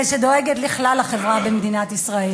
שדואגת לכלל החברה במדינת ישראל.